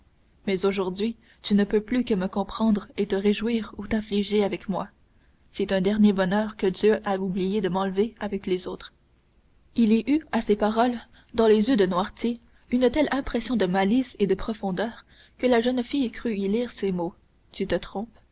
mais aujourd'hui tu ne peux plus que me comprendre et te réjouir ou t'affliger avec moi c'est un dernier bonheur que dieu a oublié de m'enlever avec les autres il y eut à ces paroles dans les yeux de noirtier une telle impression de malice et de profondeur que la jeune fille crut y lire ces mots tu te trompes